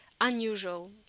unusual